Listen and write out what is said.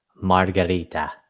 margarita